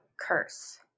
curse